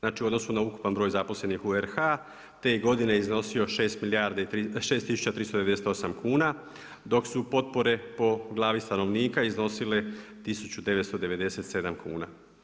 Znači od … ukupan broj zaposlenih u RH, te je godine iznosio 6 milijardi i 6398 kuna, dok su potpore po glavi stanovnika iznosile 1997 kuna.